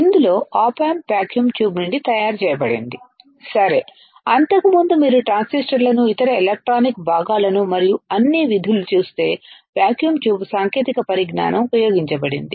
ఇందులో op amp vacuum tube నుండి తయారు చేయబడింది సరే అంతకుముందు మీరు ట్రాన్సిస్టర్లను ఇతర ఎలక్ట్రానిక్ భాగాలను మరియు అన్ని విధులు చూస్తే వాక్యూమ్ ట్యూబ్ సాంకేతిక పరిజ్ఞానం ఉపయోగించబడింది